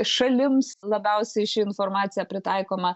šalims labiausiai ši informacija pritaikoma